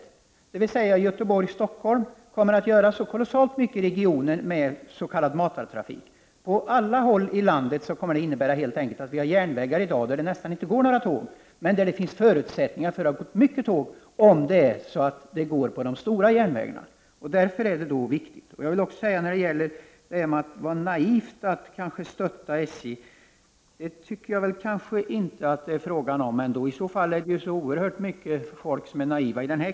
Trafiken på järnvägssträckan Göteborg-Stockholm kommer att ha så kolossalt stor betydelse för regioner med s.k. matartrafik. Det kommer att innebära att vi på alla håll i landet har järnvägar där det nästan inte går några tåg, men där det ändå finns förutsättningar för en omfattande tågtrafik om det bara finns tåg på de stora järnvägarna. Av den anledningen är detta viktigt. Kommunikationsministern sade att det var naivt att stötta SJ. Det anser jag nog inte. I så fall finns det oerhört många här i kammaren som är naiva.